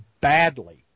badly